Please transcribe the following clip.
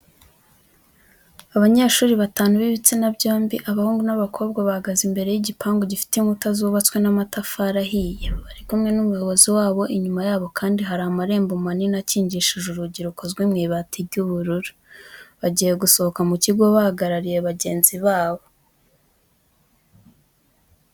Abanyeshuri batanu b'ibitsina byombi, abahungu n'abakobwa, bahagaze imbere mu gipangu gifite inkuta zubatse n'amatafari ahiye, bari kumwe n'umuyobozi wabo, inyuma yabo kandi hari amarembo manini akingishije urugi rukozwe mu ibati ry'ubururu. Bagiye gusohoka mu kigo bahagarariye bagenzi babo.